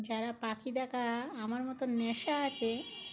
যারা পাখি দেখা আমার মতো নেশা আছে